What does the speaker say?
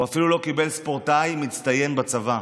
הוא אפילו לא קיבל ספורטאי מצטיין בצבא.